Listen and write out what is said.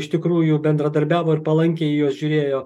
iš tikrųjų bendradarbiavo ir palankiai į juos žiūrėjo